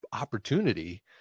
opportunity